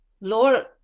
Lord